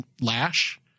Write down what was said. Lash